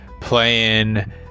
playing